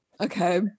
Okay